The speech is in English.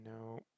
no